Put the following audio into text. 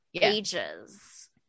ages